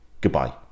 goodbye